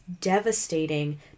devastating